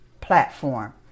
platform